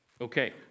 Okay